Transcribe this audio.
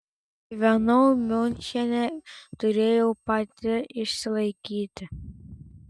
gyvenau miunchene turėjau pati išsilaikyti